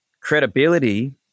credibility